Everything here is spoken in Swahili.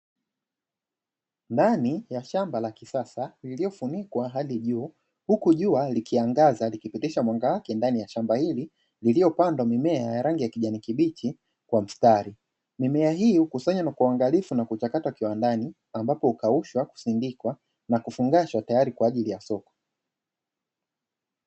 Ndani ya shamba la kisasa lililofunikwa hadi juu hukujua likiangaza likipitisha mwanga wake ndani ya shamba hili lililopandwa mimea ya rangi ya kijani kibichi kwa mstari mimea hii hukusanya na kuangalia na kuchakatwa kiwandani ambapo ukaushwa kusindikwa na kufungashwa tayari kwa ajili ya sokoni.